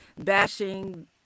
bashing